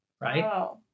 Right